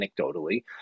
anecdotally